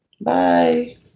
bye